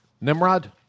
Nimrod